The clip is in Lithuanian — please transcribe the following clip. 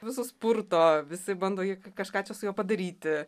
visus purto visi bando jį kažką čia su juo padaryti